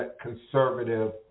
conservative